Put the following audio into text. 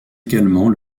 également